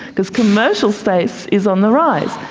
because commercial space is on the rise.